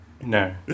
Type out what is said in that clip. no